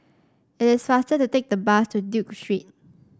it is faster to take the bus to Duke Street